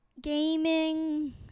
gaming